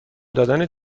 دادن